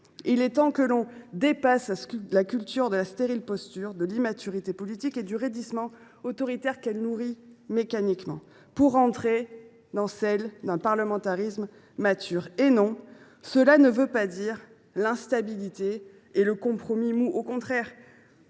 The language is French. Il est temps que l’on dépasse la culture de la stérile posture, de l’immaturité politique et le raidissement autoritaire qu’elles nourrissent mécaniquement pour entrer dans une culture de parlementarisme mature. Non, cela ne veut pas dire l’instabilité et le compromis mou. Au contraire